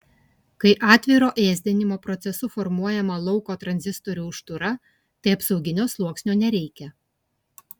kai atviro ėsdinimo procesu formuojama lauko tranzistorių užtūra tai apsauginio sluoksnio nereikia